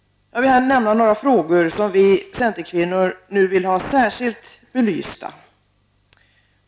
Jag vill här nämna några frågor som vi centerkvinnor nu vill ha särskilt belysta.